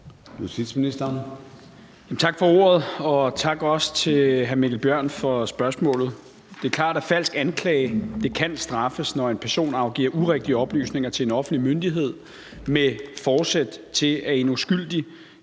Tak for ordet. Også tak til hr. Mikkel Bjørn for spørgsmålet. Det er klart, at falsk anklage kan straffes, når en person med forsæt afgiver urigtige oplysninger til en offentlig myndighed, at en uskyldig